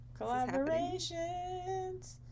collaborations